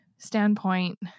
Standpoint